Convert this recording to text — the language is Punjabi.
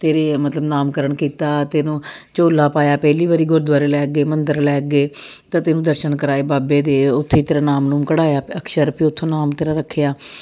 ਤੇਰੇ ਮਤਲਬ ਨਾਮਕਰਨ ਕੀਤਾ ਤੈਨੂੰ ਚੋਲਾ ਪਾਇਆ ਪਹਿਲੀ ਵਾਰੀ ਗੁਰਦੁਆਰੇ ਲੈ ਗਏ ਮੰਦਰ ਲੈ ਗਏ ਤਾਂ ਤੈਨੂੰ ਦਰਸ਼ਨ ਕਰਵਾਏ ਬਾਬੇ ਦੇ ਉੱਥੇ ਤੇਰਾ ਨਾਮ ਨੁਮ ਕਢਵਾਇਆ ਅਕਸ਼ਰ ਉੱਥੋਂ ਨਾਮ ਤੇਰਾ ਰੱਖਿਆ